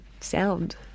sound